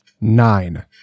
Nine